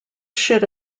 should